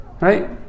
Right